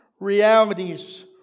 realities